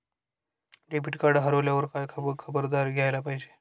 Debit card हरवल्यावर काय खबरदारी घ्यायला पाहिजे?